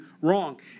wrong